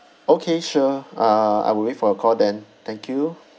okay sure uh I will wait for your call then thank you